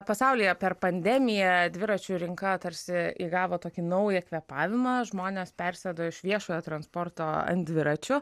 pasaulyje per pandemiją dviračių rinka tarsi įgavo tokį naują kvėpavimą žmonės persėdo iš viešojo transporto ant dviračių